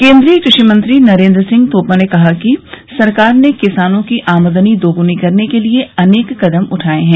केन्द्रीय कृषि मंत्री नरेन्द्र सिंह तोमर ने कहा कि सरकार ने किसानों की आमदनी दुगनी करने के लिए अनेक कदम उठाये हैं